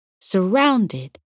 surrounded